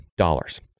dollars